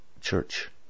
church